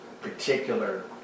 particular